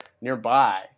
nearby